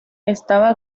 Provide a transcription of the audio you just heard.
estaba